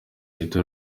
leta